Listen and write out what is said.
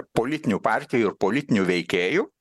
politinių partijų ir politinių veikėjų